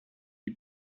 die